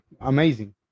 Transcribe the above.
amazing